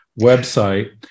website